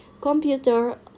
computer